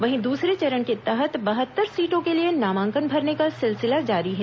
वहीं दूसरे चरण के तहत बहत्तर सीटों के लिए नामांकन भरने का सिलसिला जारी है